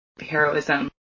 heroism